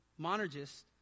monergist